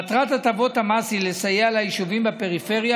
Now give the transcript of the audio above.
מטרת הטבות המס היא לסייע ליישובים בפריפריה